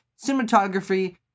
cinematography